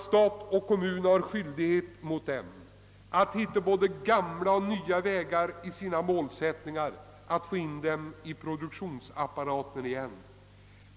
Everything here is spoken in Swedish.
Stat och kommun har ju skyldighet mot dem att finna både gamla och nya vägar i sin målsättning att få in dem i produktionsapparaten igen.